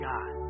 God